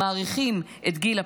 מגדילים את מספר ימי המילואים,